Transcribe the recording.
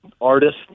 artist